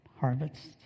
harvests